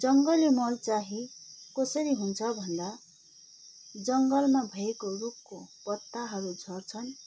जङ्गली मल चाँहि कसरी हुन्छ भन्दा जङ्गलमा भएको रुखको पत्ताहरू झर्छन्